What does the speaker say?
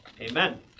Amen